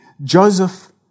Joseph